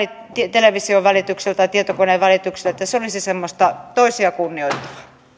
television tai tietokoneen välityksellä semmoista toisia kunnioittavaa